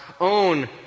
own